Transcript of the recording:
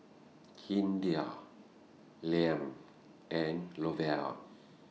Hideo Lem and Lavelle